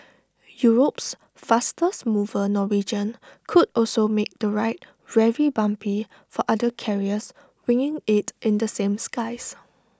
Europe's fastest mover Norwegian could also make the ride very bumpy for other carriers winging IT in the same skies